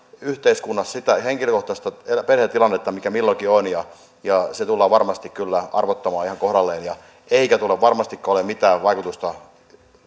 yhteiskunnassa sitä henkilökohtaista perhetilannetta mikä milloinkin on ja ja se tullaan varmasti kyllä arvottamaan ihan kohdalleen eikä tuolla varmastikaan ole mitään vaikutusta